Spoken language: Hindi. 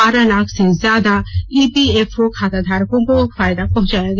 बारह लाख से ज्यादा ईपीएफओ खाताधारकों को फायदा पहुंचाया गया